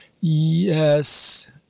Yes